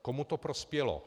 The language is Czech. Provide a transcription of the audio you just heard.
Komu to prospělo?